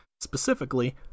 Specifically